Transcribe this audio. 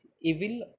evil